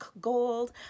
gold